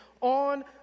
on